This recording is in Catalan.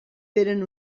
feren